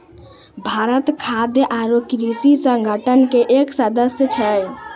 भारत खाद्य आरो कृषि संगठन के एक सदस्य छै